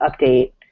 update